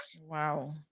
wow